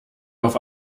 auf